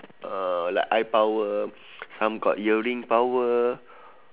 uh like eye power some got hearing power